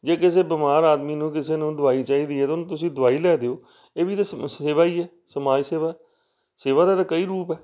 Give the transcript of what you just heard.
ਜੇ ਕਿਸੇ ਬਿਮਾਰ ਆਦਮੀ ਨੂੰ ਕਿਸੇ ਨੂੰ ਦਵਾਈ ਚਾਹੀਦੀ ਹੈ ਤਾਂ ਉਹਨੂੰ ਤੁਸੀਂ ਦਵਾਈ ਲੈ ਦਿਓ ਇਹ ਵੀ ਤਾਂ ਸੇ ਸੇਵਾ ਹੀ ਹੈ ਸਮਾਜ ਸੇਵਾ ਸੇਵਾ ਦਾ ਤਾਂ ਕਈ ਰੂਪ ਹੈ